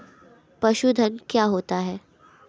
पशुधन क्या होता है?